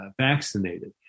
vaccinated